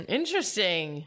interesting